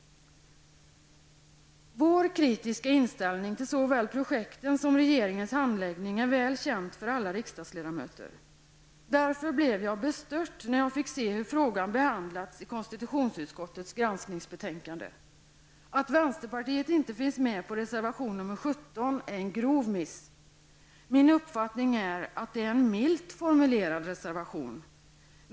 Vår kritiska inställning till såväl projekten som regeringens handläggning är väl känd för alla riksdagsledamöter. Därför blev jag bestört, när jag fick se hur frågan har behandlats i konstitutionsutskottets granskningsbetänkande. 17 är en grov miss. Min uppfattning är att det är en milt formulerad reservation.